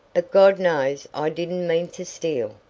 but god knows i didn't mean to steal.